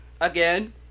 again